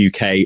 UK